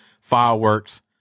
fireworks